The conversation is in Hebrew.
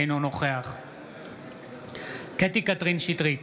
אינו נוכח קטי קטרין שטרית,